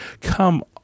come